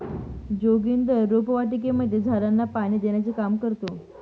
जोगिंदर रोपवाटिकेमध्ये झाडांना पाणी देण्याचे काम करतो